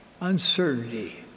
uncertainty